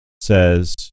Says